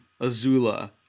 Azula